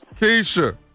Keisha